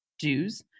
Jews